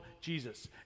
Jesus